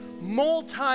multi